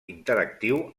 interactiu